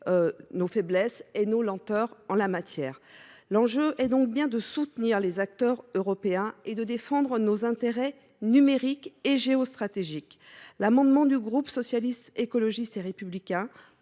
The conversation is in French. nos faiblesses et nos lenteurs en la matière. L’enjeu est donc bien de soutenir les acteurs européens et de défendre nos intérêts numériques et géostratégiques. Cet amendement du groupe Socialiste, Écologiste et Républicain